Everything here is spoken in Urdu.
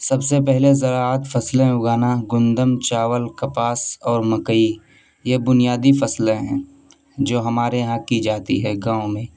سب سے پہلے زراعت فصلیں اگانا گندم چاول کپاس اور مکئی یہ بنیادی فصلیں ہیں جو ہمارے یہاں کی جاتی ہے گاؤں میں